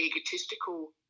egotistical